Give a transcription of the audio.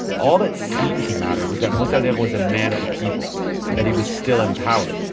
all that seemed to matter was that mossadegh was a man of the people and that he was still in power.